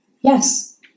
yes